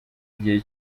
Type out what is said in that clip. igihe